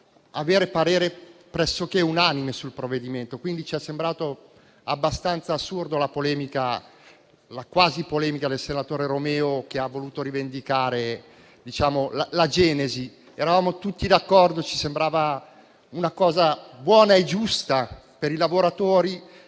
un parere pressoché unanime sul provvedimento; quindi, ci è sembrata abbastanza assurda la quasi polemica del senatore Romeo che ha voluto rivendicare la genesi. Eravamo tutti d'accordo, ci sembrava cosa buona e giusta per i lavoratori;